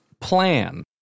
plan